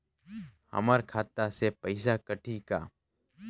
हमर खाता से पइसा कठी का?